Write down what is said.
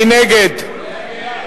מי נגד?